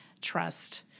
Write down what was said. trust